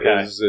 okay